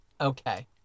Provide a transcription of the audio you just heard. okay